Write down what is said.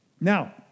Now